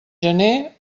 gener